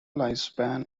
lifespan